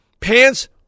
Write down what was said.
Pants